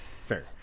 fair